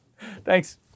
Thanks